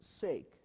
sake